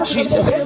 Jesus